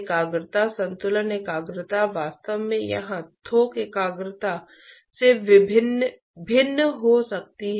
भाप संरक्षण वास्तव में उद्योग में एक महत्वपूर्ण पहलू है